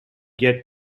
yet